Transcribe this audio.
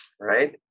right